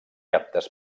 aptes